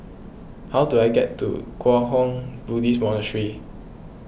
how do I get to Kwang Hua Buddhist Monastery